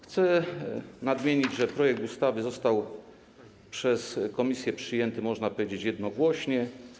Chcę nadmienić, że projekt ustawy został przez komisję przyjęty, można powiedzieć, jednogłośnie.